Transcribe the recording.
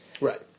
Right